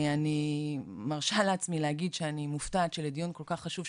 אני מרשה לעצמי להגיד שאני מופתעת שלדיון כל כך חשוב,